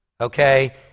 okay